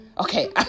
Okay